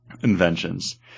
inventions